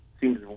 seems